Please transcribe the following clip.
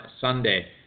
sunday